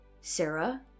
Sarah